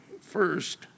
first